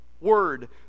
word